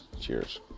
cheers